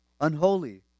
unholy